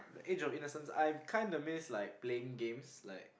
the age of innocence I'm kind of miss like playing games like